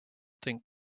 think